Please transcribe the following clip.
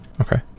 Okay